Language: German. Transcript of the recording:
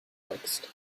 wächst